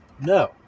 No